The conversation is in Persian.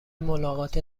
ملاقات